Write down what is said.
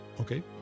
Okay